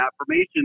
affirmation